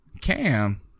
cam